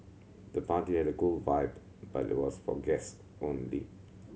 the party had a cool vibe but was for guest only